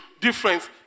difference